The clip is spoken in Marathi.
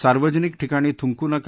सार्वजनिक ठिकाणी थुंकू नका